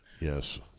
Yes